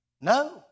no